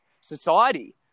society